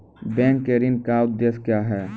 Bank के ऋण का उद्देश्य क्या हैं?